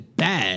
bad